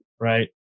right